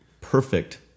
perfect